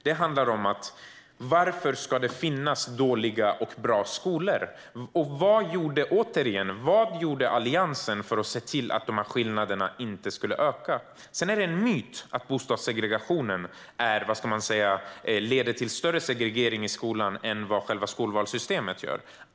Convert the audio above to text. Det handlar om frågan varför det ska finnas dåliga och bra skolor. Återigen: Vad gjorde Alliansen för att se till att skillnaderna inte skulle öka? Sedan är det en myt att bostadssegregationen leder till större segregering i skolan än vad skolvalssystemet gör.